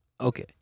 Okay